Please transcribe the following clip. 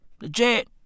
Legit